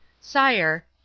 Sire